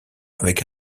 avec